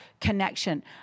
Connection